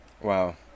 Wow